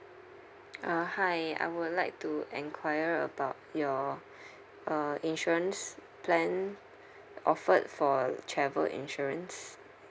uh hi I would like to enquire about your uh insurance plan offered for travel insurance